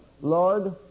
Lord